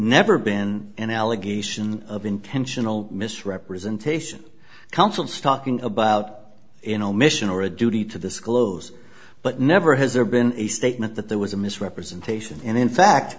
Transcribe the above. never been an allegation of intentional misrepresentation councils talking about in omission or a duty to disclose but never has there been a statement that there was a misrepresentation and in fact